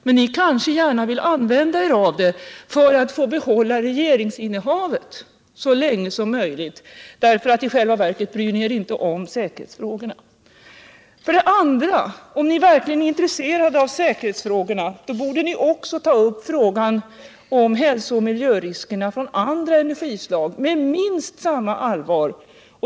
Men ni kanske gärna vill använda er av det för att få behålla regeringsinnehavet så länge som möjligt därför att ni i själva verket inte bryr er om säkerhetsfrågorna. För det andra — om ni verkligen är intresserade av säkerhetsfrågorna — borde ni också ta upp frågan om hälsooch miljöriskerna från andra energislag med minst samma allvar.